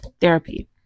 therapy